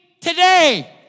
today